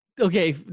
Okay